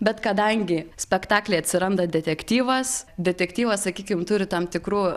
bet kadangi spektakly atsiranda detektyvas detektyvas sakykim turi tam tikrų